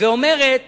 ואומרת